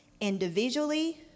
individually